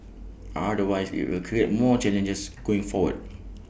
otherwise IT will create more challenges going forward